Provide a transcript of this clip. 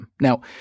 Now